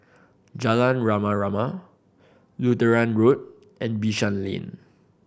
Jalan Rama Rama Lutheran Road and Bishan Lane